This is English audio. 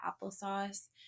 applesauce